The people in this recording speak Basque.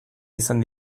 izan